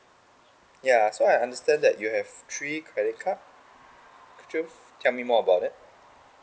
ya so I understand that you have three credit card could you tell me more about it